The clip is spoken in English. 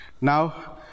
Now